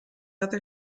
other